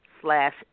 slash